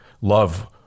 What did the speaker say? love